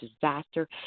disaster